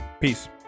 peace